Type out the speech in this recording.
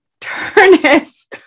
Turnus